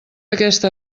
aquesta